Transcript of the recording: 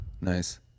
nice